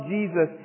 Jesus